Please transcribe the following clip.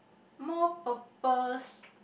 more purpose